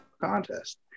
contest